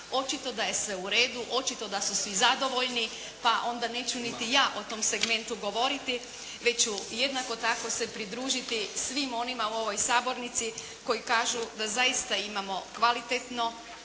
Očito da je sve u redu. Očito da su svi zadovoljni, pa onda neću niti ja o tom segmentu govoriti već ću jednako tako se pridružiti svim onima u ovoj sabornici koji kažu da zaista imamo kvalitetno